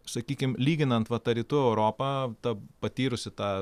sakykim lyginant va ta rytų europa ta patyrusi tą